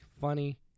Funny